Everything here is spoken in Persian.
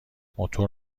موتور